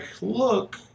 look